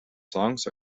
songs